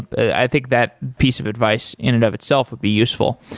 i think that piece of advice in and of itself would be useful.